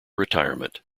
retirement